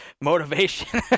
motivation